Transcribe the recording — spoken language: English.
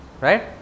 right